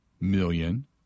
million